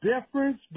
difference